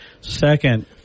Second